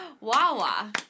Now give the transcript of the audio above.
Wawa